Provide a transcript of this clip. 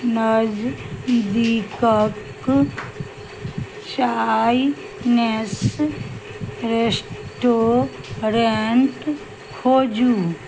नजदीकक Chinese restaurant खोजू